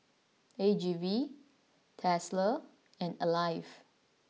A G V Tesla and Alive